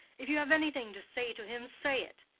if you have anything to say to him, say it.